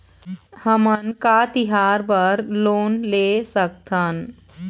हमन का तिहार बर लोन ले सकथन?